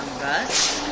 bus